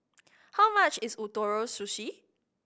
how much is Ootoro Sushi